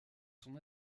son